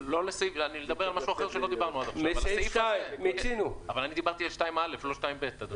אבל אני דיברתי על 2(א), לא